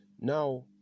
Now